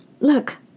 look